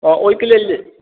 अ ओहिके लेल जे